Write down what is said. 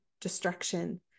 destruction